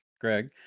Greg